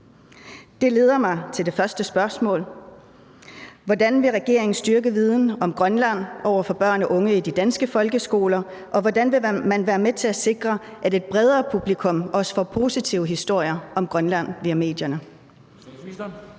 Det leder mig til det første spørgsmål: Hvordan vil regeringen styrke viden om Grønland over for børne og unge i de danske folkeskoler, og hvordan vil man være med til at sikre, at et bredere publikum også får positive historier om Grønland via medierne?